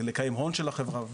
לקיים הון של החברה,